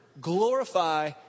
glorify